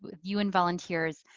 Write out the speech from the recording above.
but you and volunteers.